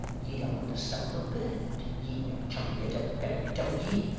ye don't want to sell the bird, ye that come here to beg, don't ye?